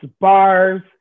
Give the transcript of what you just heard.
bars